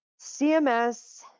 CMS